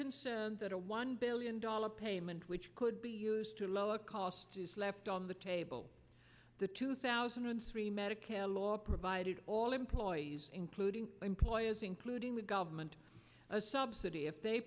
concerned that a one billion dollars payment which could be used to lower cost is left on the table the two thousand and three medicare law provided all employees including employers including the government subsidy if they